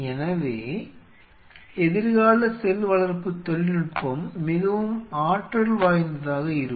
எனவே எதிர்கால செல் வளர்ப்பு தொழில்நுட்பம் மிகவும் ஆற்றல் வாய்ந்ததாக இருக்கும்